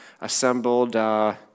assembled